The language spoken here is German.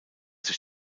sich